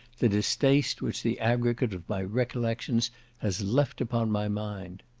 the distaste which the aggregate of my recollections has left upon my mind.